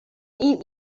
این